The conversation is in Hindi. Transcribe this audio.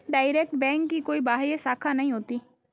डाइरेक्ट बैंक की कोई बाह्य शाखा नहीं होती